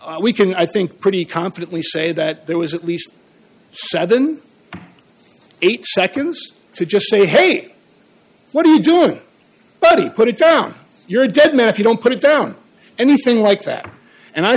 feet we can i think pretty confidently say that there was at least eight seconds to just say hey what are you doing buddy put it down you're dead man if you don't put it down anything like that and i